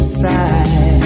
side